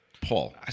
Paul